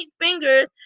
fingers